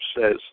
says